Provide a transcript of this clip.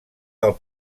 del